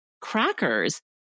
crackers